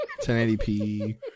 1080p